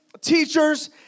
teachers